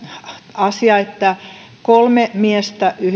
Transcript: asia että kolme miestä